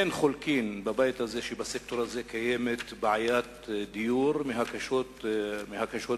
אין חולקים בבית הזה על כך שבסקטור הזה קיימת בעיית דיור מהקשות ביותר,